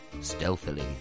stealthily